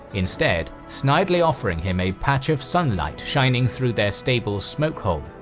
instead snidely offering him a patch of sunlight shining through their stable's smoke-hole.